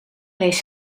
leest